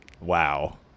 Wow